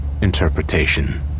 interpretation